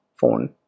phone